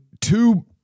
two